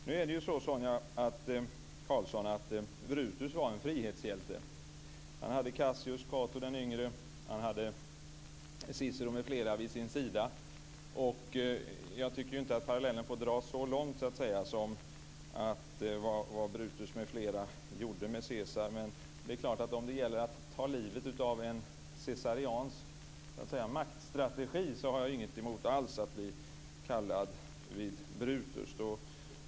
Nu är det så, Sonia Karlsson, att Brutus var en frihetshjälte. Han hade Cassius, Cato d.y., Cicero m.fl. vid sin sida. Jag tycker inte att parallellen får dras så långt som till vad Brutus m.fl. gjorde med Caesar. Men om det gäller att ta livet av en caesariansk maktstrategi har jag alls inget emot att bli kallad Brutus.